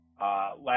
last